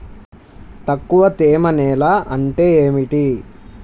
తక్కువ తేమ నేల అంటే ఏమిటి?